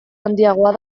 handiagoa